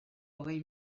hogei